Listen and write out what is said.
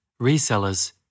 resellers